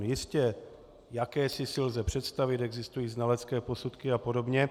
Jistě, jakési si lze představit, existují znalecké posudky apod.